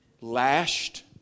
lashed